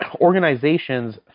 organizations